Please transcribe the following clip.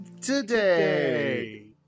today